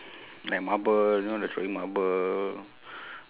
like marble you know the throwing marble